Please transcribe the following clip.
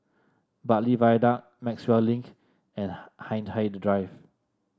Bartley Viaduct Maxwell Link and Hindhede Drive